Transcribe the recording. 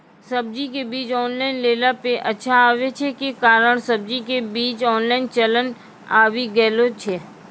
सब्जी के बीज ऑनलाइन लेला पे अच्छा आवे छै, जे कारण सब्जी के बीज ऑनलाइन चलन आवी गेलौ छै?